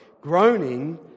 Groaning